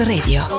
Radio